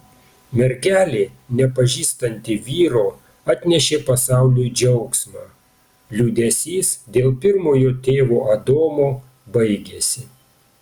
mergelė nepažįstanti vyro atnešė pasauliui džiaugsmą liūdesys dėl pirmojo tėvo adomo baigėsi